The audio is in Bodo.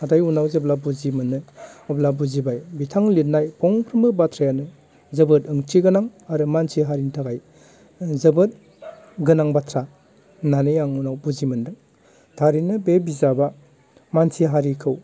नाथाय उनाव जेब्ला बुजि मोनो अब्ला बुजिबाय बिथां लिरनाय फंफ्रामबो बाथ्रायानो जोबोद ओंथिगोनां आरो मानसि हारिनि थाखाय जोबोद गोनां बाथ्रा होननानै आं बुजि मोनदों थारैनो बे बिजाबा मानसि हारिखौ